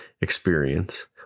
experience